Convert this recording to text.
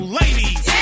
ladies